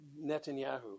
Netanyahu